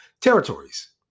territories